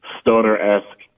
stoner-esque